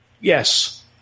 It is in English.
Yes